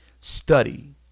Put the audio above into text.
Study